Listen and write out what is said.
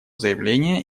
заявление